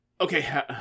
Okay